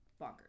bonkers